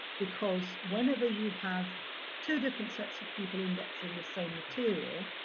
because whenever you have two different sets of people indexed in the same material,